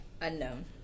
Unknown